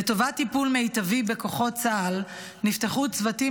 לטובת טיפול מיטבי בכוחות צה"ל נפתחו צוותים